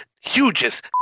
Hugest